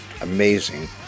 amazing